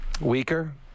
weaker